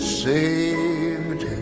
saved